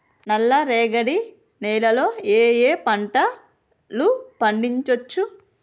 నల్లరేగడి నేల లో ఏ ఏ పంట లు పండించచ్చు?